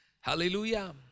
hallelujah